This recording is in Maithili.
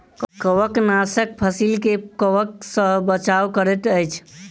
कवकनाशक फसील के कवक सॅ बचाव करैत अछि